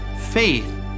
faith